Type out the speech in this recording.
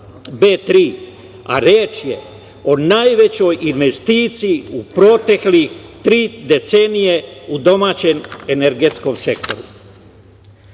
a reč je o najvećoj investiciji u protekle tri decenije domaćeg energetskog